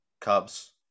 Cubs